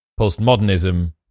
postmodernism